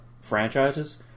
franchises